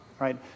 Right